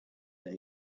that